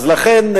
לכן,